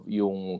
yung